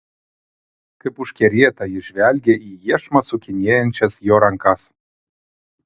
kaip užkerėta ji žvelgė į iešmą sukinėjančias jo rankas